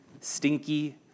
Stinky